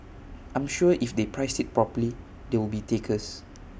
I'm sure if they price IT properly there will be takers